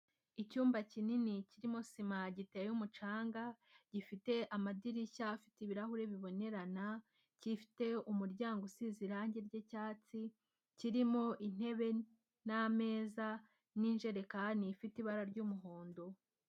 Icyumba kinini kirimo sima giteye umucanga, gifite amadirishya afite ibirahuri bibonerana, kifite umuryango usize irangi ry'icyatsi, kirimo intebe, n'ameza n'injerekani ifite ibara ry'umuhondo.